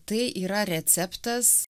tai yra receptas